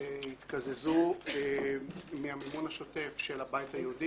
יתקזזו מהמימון השוטף של הבית היהודי,